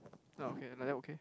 not okay like that okay